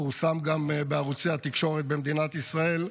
פורסם גם בערוצי התקשורת במדינת ישראל,